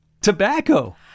Tobacco